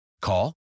Call